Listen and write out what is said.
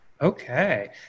Okay